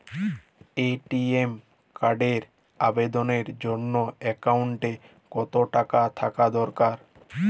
ATM কার্ডের আবেদনের জন্য অ্যাকাউন্টে কতো টাকা থাকা দরকার?